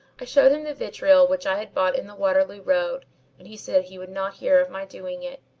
i showed him the vitriol which i had bought in the waterloo road and he said he would not hear of my doing it.